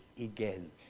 again